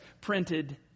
printed